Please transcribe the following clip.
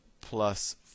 plus